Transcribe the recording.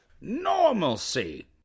Normalcy